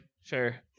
sure